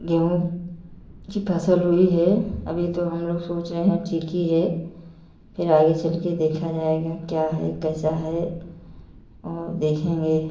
गेहूँ की फसल हुई है अभी तो हम लोग सोच रहें ठीक ही है फिर आगे चलके देखा जाएगा क्या है कैसा है और देखेंगे